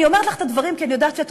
אני אומרת לך את הדברים כי אני יודעת שאת